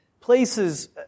places